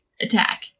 attack